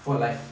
for life